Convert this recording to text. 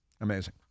Amazing